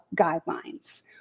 guidelines